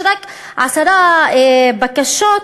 יש רק עשר בקשות,